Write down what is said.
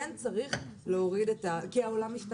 כן צריך להוריד, כי העולם השתנה.